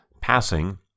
passing